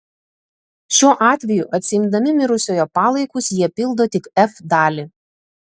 šiuo atveju atsiimdami mirusiojo palaikus jie pildo tik f dalį